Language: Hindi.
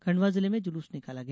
खंडवा जिले में जुलूस निकाला गया